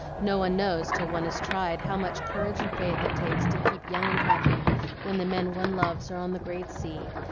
no one knows till one is tried, how much courage and faith it takes to keep young and happy when the men one loves are on the great sea,